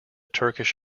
turkish